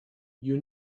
you